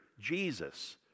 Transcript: Jesus